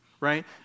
Right